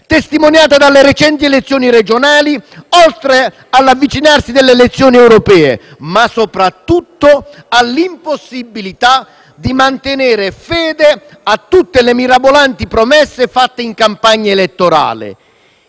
testimoniata dalle recenti elezioni regionali, oltre all'avvicinarsi delle elezioni europee e, soprattutto, all'impossibilità di mantenere fede a tutte le mirabolanti promesse fatte in campagna elettorale,